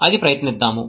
అది ప్రయత్నిద్దాం